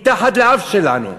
מתחת לאף שלנו.